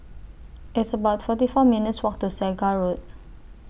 It's about forty four minutes' Walk to Segar Road